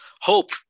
hope